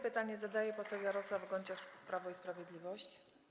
Pytanie zadaje poseł Jarosław Gonciarz, Prawo i Sprawiedliwość.